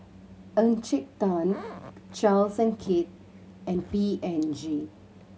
Encik Tan Charles and Keith and P and G